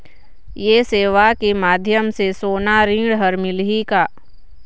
ये सेवा के माध्यम से सोना ऋण हर मिलही का?